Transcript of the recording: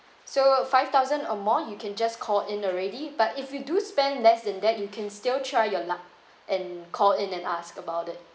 so five thousand or more you can just call in already but if you do spend less than that you can still try your luck and call in and ask about it